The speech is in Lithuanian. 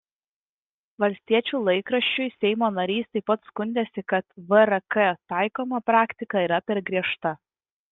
valstiečių laikraščiui seimo narys taip pat skundėsi kad vrk taikoma praktika yra per griežta